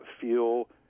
feel